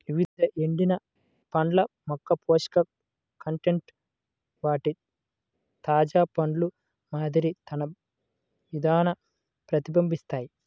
వివిధ ఎండిన పండ్ల యొక్కపోషక కంటెంట్ వాటి తాజా పండ్ల మాదిరి తన విధాన ప్రతిబింబిస్తాయి